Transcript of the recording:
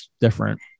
different